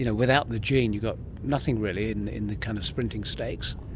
you know without the gene you've got nothing really in the kind of sprinting stakes.